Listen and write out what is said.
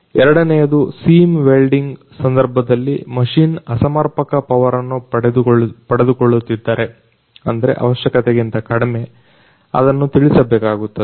ಎರಡನೇಯದು seam folding ಸಂದರ್ಭದಲ್ಲಿ machine ಅಸರ್ಪಕ power ಅನ್ನು ಪಡೆದುಕೊಳ್ಳುತ್ತಿದ್ದರೆ ಅವಶ್ಯಕತೆಗಿಂತ ಕಡಿಮೆ ಅದನ್ನು ತಿಳಿಸಬೇಕಾಗುತ್ತದೆ